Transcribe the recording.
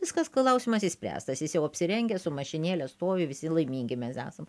viskas klausimas išspręstas jis jau apsirengęs su mašinėle stovi visi laimingi mes esam